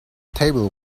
table